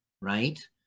right